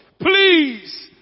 please